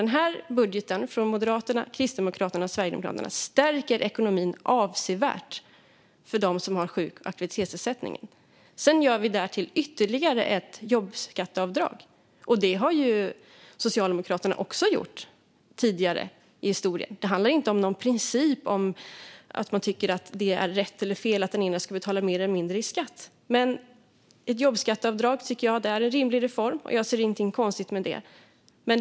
Den här budgeten från Moderaterna, Kristdemokraterna och Sverigedemokraterna stärker ekonomin avsevärt för dem som har sjuk och aktivitetsersättning. Därtill gör vi ytterligare ett jobbskatteavdrag. Det har Socialdemokraterna också gjort tidigare i historien. Det handlar inte om någon princip eller om att man tycker att det är rätt eller fel att den ena ska betala mer eller mindre i skatt. Jag tycker att ett jobbskatteavdrag är en rimlig reform, och jag ser ingenting konstigt med detta.